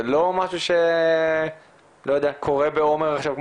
זה לא משהו שקורה בעומר עכשיו,